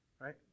Right